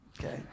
Okay